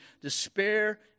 Despair